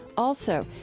also,